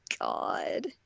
God